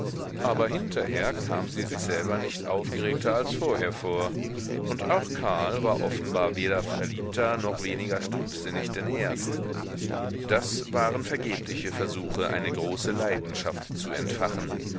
aber hinterher kam sie sich selber nicht aufgeregter als vorher vor und auch karl war offenbar weder verliebter noch weniger stumpfsinnig denn erst das waren vergebliche versuche eine große leidenschaft zu entfachen